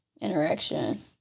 interaction